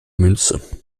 münze